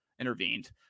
intervened